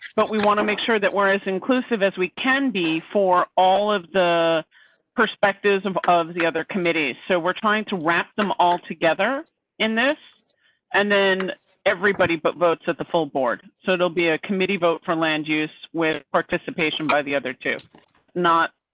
but we want to make sure that we're as inclusive as we can be for all of the perspectives of of the other committees. so we're trying to wrap them all together in this and then everybody, but votes at the full board. so, there'll be a committee vote for land use with participation by the other two not.